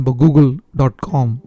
google.com